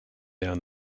down